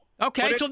Okay